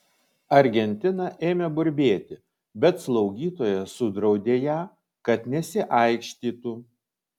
argentina ėmė burbėti bet slaugytoja sudraudė ją kad nesiaikštytų